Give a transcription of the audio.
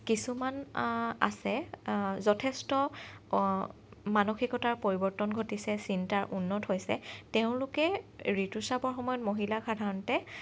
কিছুমান আছে যথেষ্ট মানসিকতাৰ পৰিৱৰ্তন ঘটিছে চিন্তাৰ উন্নত হৈছে তেওঁলোকে ঋতুস্ৰাৱৰ সময়ত মহিলাক সাধাৰণতে